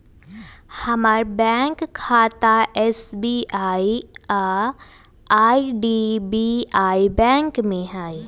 हमर बैंक खता एस.बी.आई आऽ आई.डी.बी.आई बैंक में हइ